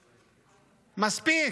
מספיק.